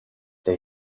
they